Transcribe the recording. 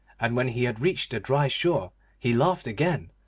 and when he had reached the dry shore he laughed again,